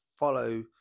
follow